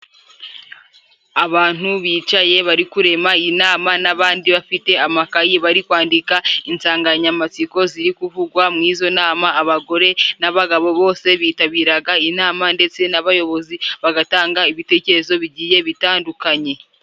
Abantu bicaye bari kurema inama, n'abandi bafite amakayi bari kwandika insanganyamatsiko ziri kuvugwa mu izo nama. Abagore n'abagabo bose bitabiraga inama ndetse n'abayobozi bagatanga ibitekerezo bigiye bitandukanye.